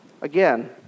Again